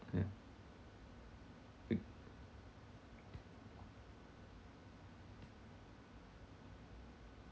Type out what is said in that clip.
yeah